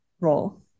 role